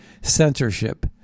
Censorship